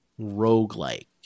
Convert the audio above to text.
roguelike